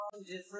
different